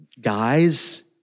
guys